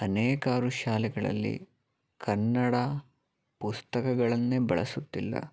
ಅನೇಕಾರು ಶಾಲೆಗಳಲ್ಲಿ ಕನ್ನಡ ಪುಸ್ತಕಗಳನ್ನೇ ಬಳಸುತ್ತಿಲ್ಲ